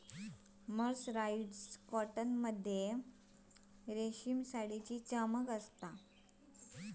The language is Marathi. मर्सराईस्ड कॉटन मध्ये रेशमसारी चमक असता